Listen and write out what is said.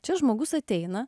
čia žmogus ateina